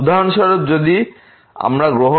উদাহরণস্বরূপ যদি আমরা গ্রহণ করি y সমান 2x এর